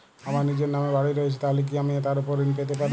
আমার নিজের নামে বাড়ী রয়েছে তাহলে কি আমি তার ওপর ঋণ পেতে পারি?